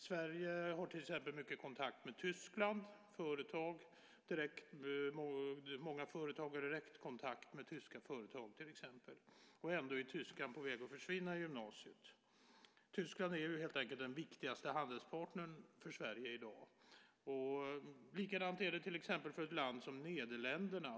Sverige har till exempel mycket kontakt med Tyskland. Många företag har direktkontakt med tyska företag, och ändå är tyskan på väg att försvinna på gymnasiet. Tyskland är ju helt enkelt den viktigaste handelspartnern för Sverige i dag. Likadant är det till exempel i ett land som Nederländerna.